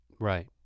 Right